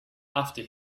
after